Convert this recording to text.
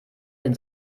den